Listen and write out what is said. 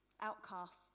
Outcasts